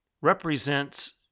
represents